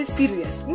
serious